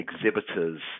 exhibitors